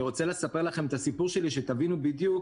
אני רוצה לספר לכם את הסיפור שלי כדי שתבינו בדיוק